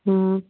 ꯎꯝ